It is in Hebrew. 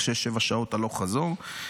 בערך שש-שבע שעות הלוך-חזור,